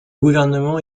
gouvernement